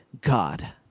god